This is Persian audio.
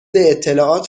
اطلاعات